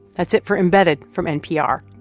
that's it for embedded from npr.